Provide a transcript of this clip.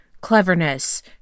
cleverness